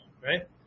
right